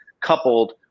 coupled